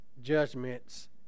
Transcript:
judgments